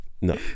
No